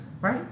Right